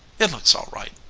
it looks all right.